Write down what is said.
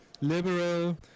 liberal